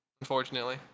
unfortunately